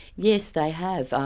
yes, they have.